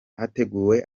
hateguwe